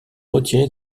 retiré